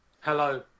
Hello